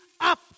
up